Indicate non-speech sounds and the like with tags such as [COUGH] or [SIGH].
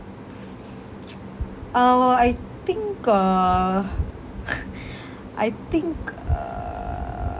uh I think uh [LAUGHS] I think err